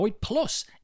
Plus